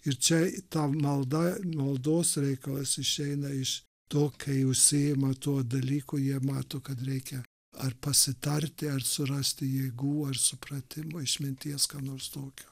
ir čia ta malda maldos reikalas išeina iš to kai užsiima to dalyko jie mato kad reikia ar pasitarti ar surasti jėgų ar supratimo išminties ką nors tokio